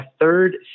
third